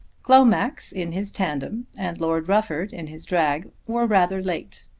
glomax in his tandem, and lord rufford in his drag, were rather late.